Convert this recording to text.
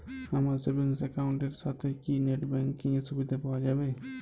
আমার savings account এর সাথে কি নেটব্যাঙ্কিং এর সুবিধা পাওয়া যাবে?